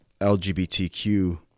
LGBTQ